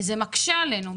זה מקשה עלינו.